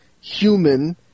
human